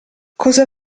cosa